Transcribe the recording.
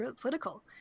political